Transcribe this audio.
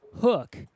hook